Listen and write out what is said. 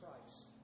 Christ